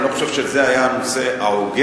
אני לא חושב שזה היה הנושא ההוגן,